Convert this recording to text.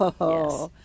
Yes